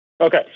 Okay